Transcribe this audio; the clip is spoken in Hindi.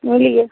मिलिए